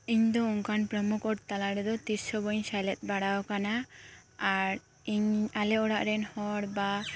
ᱤᱧ ᱫᱚ ᱚᱱᱠᱟᱱ ᱯᱨᱳᱢᱳ ᱠᱳᱰ ᱛᱟᱞᱟᱨᱮᱫᱚ ᱛᱤᱥ ᱦᱚᱸ ᱵᱟᱹᱧ ᱥᱮᱞᱮᱫ ᱵᱟᱲᱟᱣ ᱟᱠᱟᱱᱟ ᱟᱨ ᱤᱧ ᱟᱞᱮ ᱚᱲᱟᱜ ᱨᱮᱱ ᱦᱚᱲ ᱵᱟ